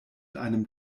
einem